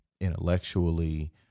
intellectually